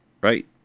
right